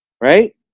Right